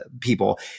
people